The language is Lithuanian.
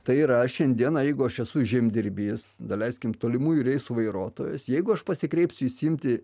tai yra šiandieną jeigu aš esu žemdirbys daleiskim tolimųjų reisų vairuotojas jeigu aš pasikreipsiu išsiimti